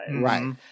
Right